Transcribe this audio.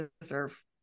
deserve